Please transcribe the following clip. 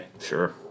Sure